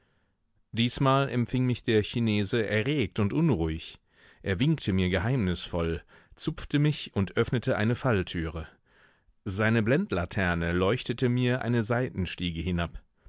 diesmal empfing mich der chinese erregt und unruhig er winkte mir geheimnisvoll zupfte mich und öffnete eine falltüre seine blendlaterne leuchtete mir eine seitenstiege hinab